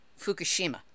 Fukushima